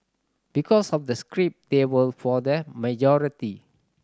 because of the script they were for the majority